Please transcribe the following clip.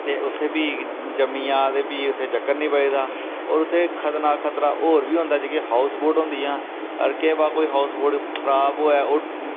ते उत्थे फ्ही जम्मी जा ते फ्ही उत्थै चक्कर नी बजदा होर उत्थै खतरनाक खतरा होर बी होंदा जेह्की हाउस बोट होंदियां होर केह् पता कोई हाउस बोट खराब होऐ ओह्